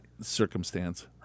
circumstance